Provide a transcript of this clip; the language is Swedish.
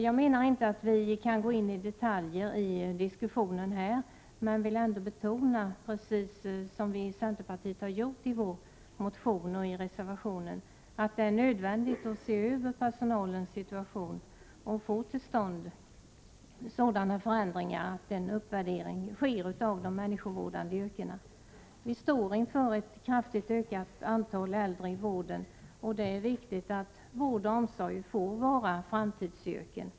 Jag menar inte att vi här kan gå in på detaljer i diskussionen, men jag vill ändå betona — precis som vi i centerpartiet gjort i vår motion och i reservationen — att det är nödvändigt att se över personalens situation och få till stånd sådana förändringar att det sker en uppvärdering av de människovårdande yrkena. Vi står inför ett kraftigt ökat antal äldre i vården. Därför är det viktigt att vård och omsorg blir framtidsyrken.